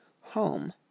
home